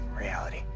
reality